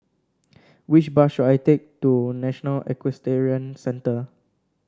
which bus should I take to National Equestrian Centre